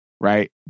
Right